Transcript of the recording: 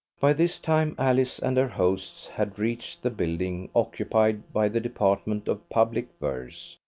by this time alice and her hosts had reached the building occupied by the department of public verse,